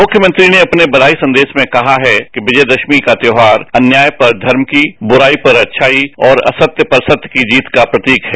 मुख्यमंत्री ने अपने ब्वाई संदेश में कहा है कि विजयादशमी का त्योहार अन्याय पर धर्म की बुराई पर अच्छाई और असत्य पर सत्य की जीत का प्रतीक है